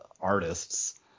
artists